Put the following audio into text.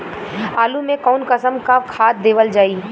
आलू मे कऊन कसमक खाद देवल जाई?